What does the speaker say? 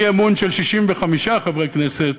אי-אמון של 65 חברי כנסת,